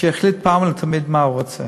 שיחליט אחת ולתמיד מה הוא רוצה.